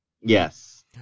yes